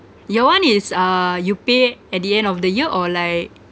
your one is uh you pay at the end of the year or like